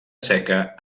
seca